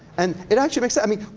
and it actually makes, i mean,